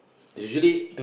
usually